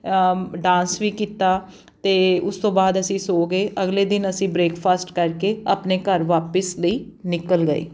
dance ਵੀ ਕੀਤਾ ਅਤੇ ਉਸ ਤੋਂ ਬਾਅਦ ਅਸੀਂ ਸੌ ਗਏ ਅਗਲੇ ਦਿਨ ਅਸੀਂ ਬ੍ਰੇਕਫਾਸਟ ਕਰਕੇ ਆਪਣੇ ਘਰ ਵਾਪਸ ਲਈ ਨਿਕਲ ਗਏ